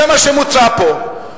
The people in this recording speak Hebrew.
זה מה שמוצע פה.